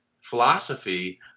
philosophy